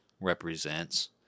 represents